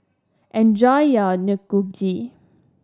enjoy your